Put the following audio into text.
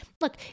look